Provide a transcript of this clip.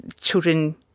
children